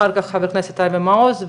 אחר כך חבר הכנסת אבי מעוז.